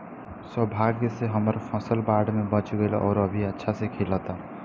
सौभाग्य से हमर फसल बाढ़ में बच गइल आउर अभी अच्छा से खिलता